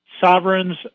Sovereigns